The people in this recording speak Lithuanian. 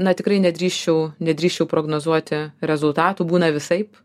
na tikrai nedrįsčiau nedrįsčiau prognozuoti rezultatų būna visaip